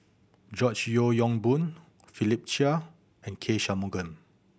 George Yeo Yong Boon Philip Chia and K Shanmugam